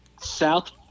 South